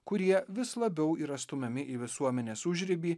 kurie vis labiau yra stumiami į visuomenės užribį